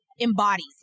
embodies